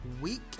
week